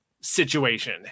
situation